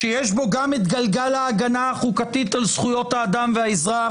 שיש בו גם את גלגל ההגנה החוקתית על זכויות האדם והאזרח